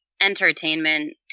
entertainment